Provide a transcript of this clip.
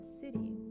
city